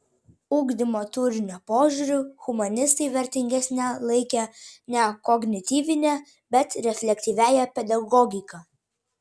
ugdymo turinio požiūriu humanistai vertingesne laikė ne kognityvinę bet reflektyviąją pedagogiką